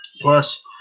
Plus